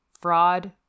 fraud